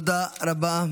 תודה רבה.